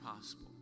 possible